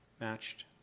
matched